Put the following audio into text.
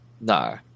No